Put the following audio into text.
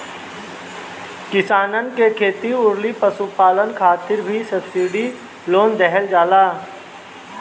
किसानन के खेती अउरी पशुपालन खातिर भी सब्सिडी लोन देहल जाला